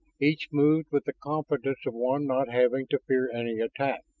each moved with the confidence of one not having to fear any attack.